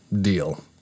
deal